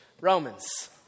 Romans